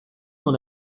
dans